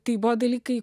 tai buvo dalykai